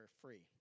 free